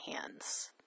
hands